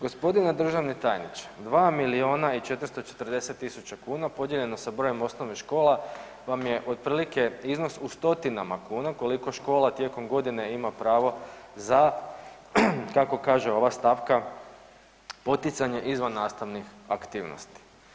Gospodine državni tajniče 2 milijuna i 440 tisuća kuna podijeljeno sa brojem osnovnih škola vam je otprilike iznos u stotinama kuna koliko škola tijekom godine ima pravo za kako kaže ova stavka poticanje izvannastavnih aktivnosti.